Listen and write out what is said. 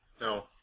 No